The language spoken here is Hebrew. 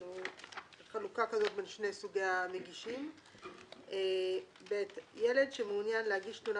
הצעת תקנות אומנה לילדים (מנגנון תלונה